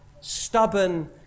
Stubborn